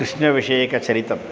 कृष्णविषयकचरितम्